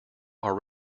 are